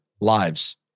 lives